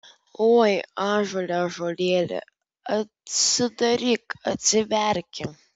oi ąžuole ąžuolėli atsidaryk atsiverki